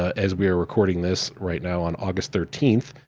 as we are recording this right now on august thirteenth,